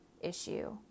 issue